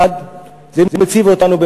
אחד, זה מציב אותנו,